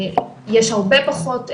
יש הרבה פחות מידע,